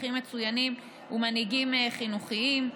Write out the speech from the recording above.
מחנכים מצוינים ומנהיגים חינוכיים.